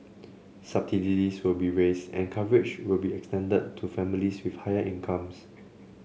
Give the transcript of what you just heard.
subsidies will be raised and coverage will be extended to families with higher incomes